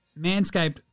Manscaped